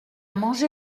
mangé